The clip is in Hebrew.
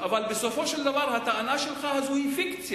אבל בסופו של דבר הטענה הזאת שלך היא פיקציה,